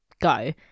go